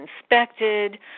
inspected